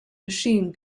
machine